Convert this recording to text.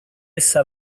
essa